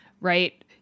Right